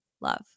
love